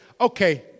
okay